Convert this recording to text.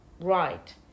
right